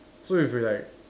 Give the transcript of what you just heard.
so if you like